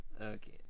okay